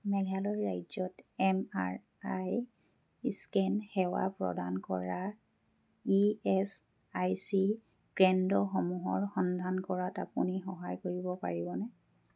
মেঘালয় ৰাজ্যত M R I scan সেৱা প্ৰদান কৰা ই এছ আই চি কেন্দ্ৰসমূহৰ সন্ধান কৰাত আপুনি সহায় কৰিব পাৰিবনে